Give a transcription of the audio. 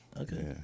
Okay